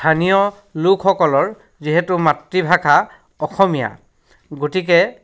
স্থানীয় লোকসকলৰ যিহেতু মাতৃভাষা অসমীয়া গতিকে